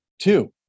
Two